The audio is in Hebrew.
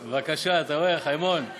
בבקשה, אתה רואה, חיימון.